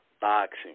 Boxing